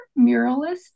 muralist